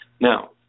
Now